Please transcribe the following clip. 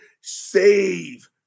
save